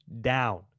down